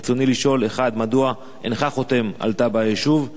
רצוני לשאול: 1. מדוע אינך חותם על תב"ע היישוב?